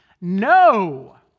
No